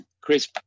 Chris